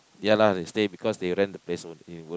ya lah they stay because they rent the place only